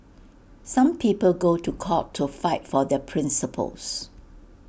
some people go to court to fight for their principles